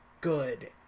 good